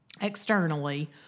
externally